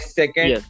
second